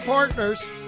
Partners